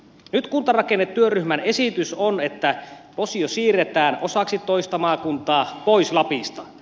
nyt kuntarakennetyöryhmän esitys on että posio siirretään osaksi toista maakuntaa pois lapista